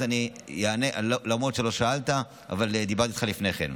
אז אענה למרות שלא שאלת, אבל דיברתי איתך לפני כן.